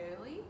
early